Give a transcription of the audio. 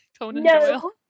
No